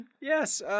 Yes